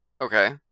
Okay